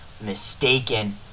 mistaken